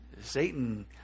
satan